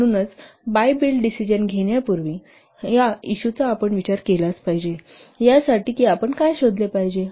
म्हणून buy build decision घेण्यापूर्वी या इशुचा आपण विचार केलाच पाहिजेयासाठी की आपण काय शोधले पाहिजे